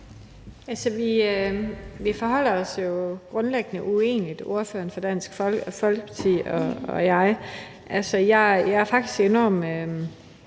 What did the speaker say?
(S): Vi forholder os jo grundlæggende uenigt, altså ordføreren fra Dansk Folkeparti og jeg. Jeg er faktisk enormt